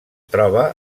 troba